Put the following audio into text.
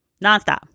Nonstop